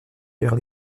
vers